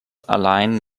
allein